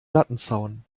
lattenzaun